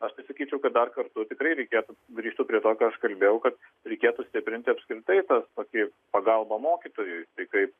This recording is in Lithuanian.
aš tai sakyčiau kad dar kartu tikrai reikėtų grįžtu prie to ką aš kalbėjau kad reikėtų stiprinti apskritai tą tokį pagalbą mokytojui tai kaip